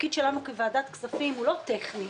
התפקיד שלנו כוועדת כספים הוא לא טכני.